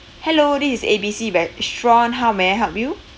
hello this is A B C restaurant how may I help you